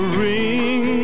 ring